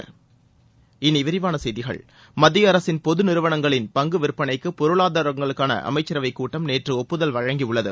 இனி விரிவான செய்திகள் மத்திய அரசின் பொது நிறுவனங்களின் பங்கு விற்பனைக்கு பொருளாதாரங்களுக்கான அமைச்சரவை கூட்டம் நேற்று ஒப்புதல் வழங்கியுள்ளது